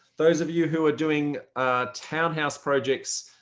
those of you who are doing townhouse projects,